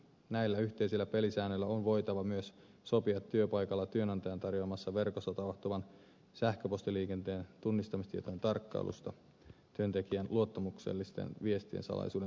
näillä yhteisillä pelisäännöillä on voitava myös sopia työpaikalla työnantajan tarjoamassa verkossa tapahtuvan sähköpostiliikenteen tunnistamistietojen tarkkailusta työntekijän luottamuksellisten viestien salaisuuden suojan kärsimättä